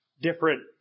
different